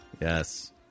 Yes